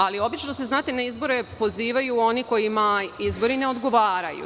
Ali, obično se na izbore pozivaju oni kojima izbori ne odgovaraju.